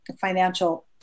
financial